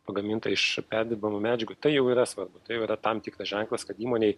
pagaminta iš perdirbamų medžiagų tai jau yra svarbu tai jau yra tam tikras ženklas kad įmonei